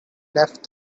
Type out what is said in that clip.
left